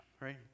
Right